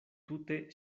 tute